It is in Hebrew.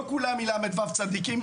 לא כולם הם ל"ו צדיקים,